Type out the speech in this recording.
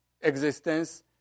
existence